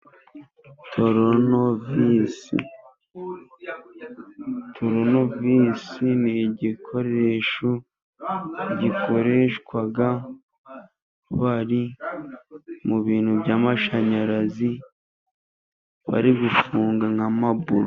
Turunovisi, turunovisi ni igikoresho gikoreshwa bari mu bintu by' amashanyarazi, bari gufunga nk'a maburo.